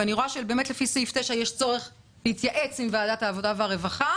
אני רואה שלפי סעיף 9 יש צורך להתייעץ עם ועדת העבודה והרווחה.